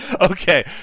Okay